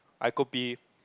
I could be